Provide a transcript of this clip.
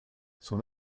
son